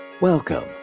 Welcome